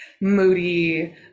moody